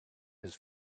his